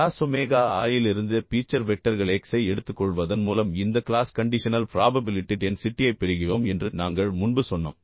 class omega I இலிருந்து feature வெக்டர்கள் X ஐ எடுத்துக்கொள்வதன் மூலம் இந்த க்ளாஸ் கண்டிஷனல் ப்ராபபிலிட்டி டென்சிட்டியைப் பெறுகிறோம் என்று நாங்கள் முன்பு சொன்னோம்